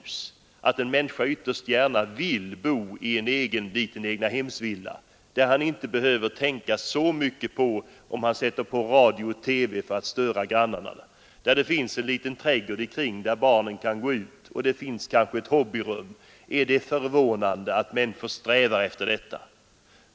Förstår man inte att människor mycket gärna vill ha ett eget hem, där de inte behöver tänka så mycket på grannarna när de sätter på radio eller TV, där de har en trädgård att gå ut i och kanske ett hobbyrum? Är det förvånande att människorna strävar efter detta?